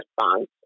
response